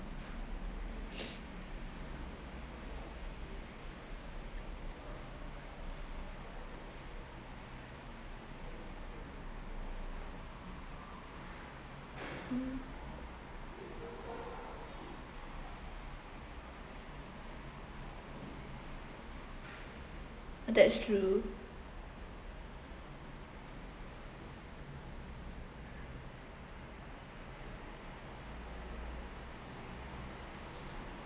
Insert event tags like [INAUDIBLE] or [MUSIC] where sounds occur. [NOISE] hmm that’s true